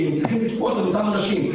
כי הם צריכים לתפוס את אותם אנשים,